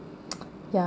ya